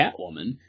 Catwoman